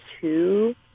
two